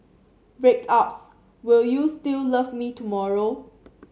breakups will you still love me tomorrow